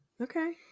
Okay